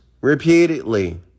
repeatedly